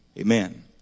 Amen